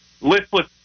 listless